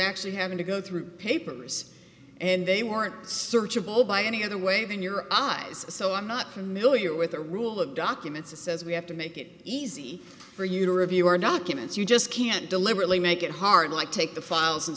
actually having to go through papers and they weren't searchable by any other way than your eyes so i'm not familiar with the rule of documents that says we have to make it easy for you to review our documents you just can't deliberately make it hard like take the files and